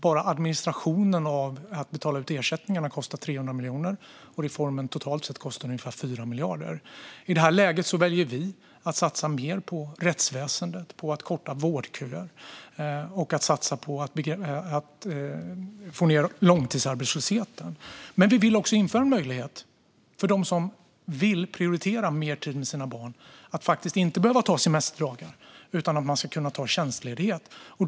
Bara administrationen av att betala ut ersättningarna kostar 300 miljoner, och reformen totalt sett kostar ungefär 4 miljarder. I det läget väljer vi att satsa mer på rättsväsendet, att korta vårdköer och att få ned långtidsarbetslösheten. Vi vill också införa en möjlighet för dem som vill prioritera mer tid med sina barn att inte behöva ta semesterdagar utan att de ska kunna ta tjänstledighet.